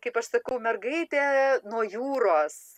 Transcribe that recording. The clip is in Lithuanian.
kaip aš sakau mergaitė nuo jūros